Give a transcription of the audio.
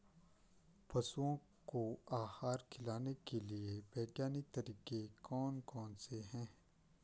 पशुओं को आहार खिलाने के लिए वैज्ञानिक तरीके कौन कौन से हैं?